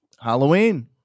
Halloween